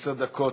עשר דקות.